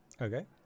Okay